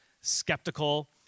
skeptical